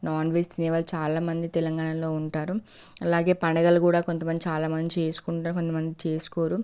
non veg తినే వాళ్ళు చాలా మంది తెలంగాణలో ఉంటారు అలాగే పండుగలో కూడా చాలా మంది చేసుకుంటారు కొంతమంది చేసుకోరు